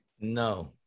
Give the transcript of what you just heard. No